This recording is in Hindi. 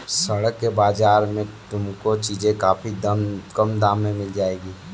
सड़क के बाजार में तुमको चीजें काफी कम दाम में मिल जाएंगी